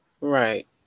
Right